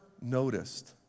noticed